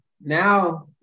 now